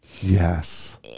yes